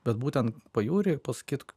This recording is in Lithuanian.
bet būtent pajūry pasakyt